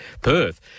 perth